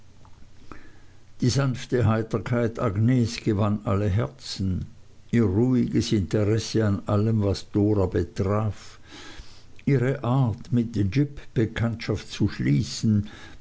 die sanfte heiterkeit agnes gewann alle herzen ihr ruhiges interesse an allem was dora betraf ihre art mit jip bekanntschaft zu schließen